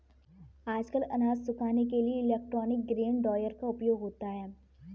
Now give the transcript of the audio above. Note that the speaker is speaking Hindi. आजकल अनाज सुखाने के लिए इलेक्ट्रॉनिक ग्रेन ड्रॉयर का उपयोग होता है